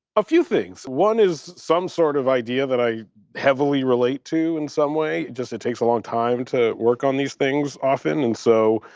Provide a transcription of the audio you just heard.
a few things. one is some sort of idea that i heavily relate to in some way, just it takes a long time to work on these things often. and so,